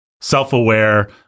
self-aware